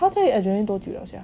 他在 adreline 多久 liao